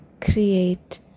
create